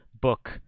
book